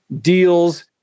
deals